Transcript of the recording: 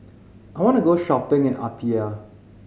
I want to go shopping in the Apia